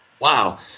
Wow